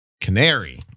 Canary